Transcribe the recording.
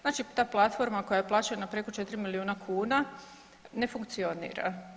Znači ta platforma koja je plaćena preko 4 milijuna kuna ne funkcionira.